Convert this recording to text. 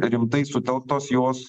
rimtai sutelktos jos